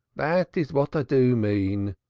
that is what i do mean,